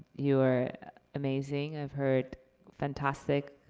you are amazing, i've heard fantastic